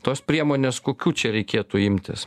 tos priemonės kokių čia reikėtų imtis